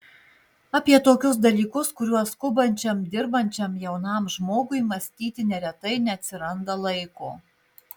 apie tokius dalykus kuriuos skubančiam dirbančiam jaunam žmogui mąstyti neretai neatsiranda laiko